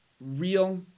real